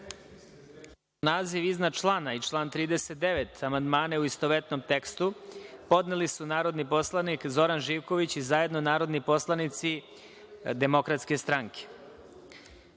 naziv iznad člana i član 40. amandmane, u istovetnom tekstu, podneli su narodni poslanik Zoran Živković i zajedno narodni poslanici Poslaničke grupe